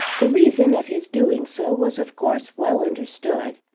the reason of his doing so was of course well understood,